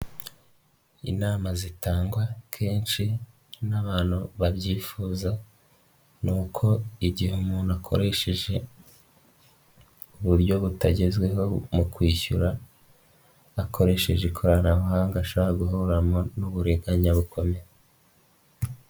Inama zitangwa kenshi n'abantu babyifuza ni uko igihe umuntu akoresheje uburyo butagezweho mu kwishyura akoresheje ikoranabuhanga ashobora guhuriramo n'uburiganya bukomeye.